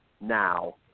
Now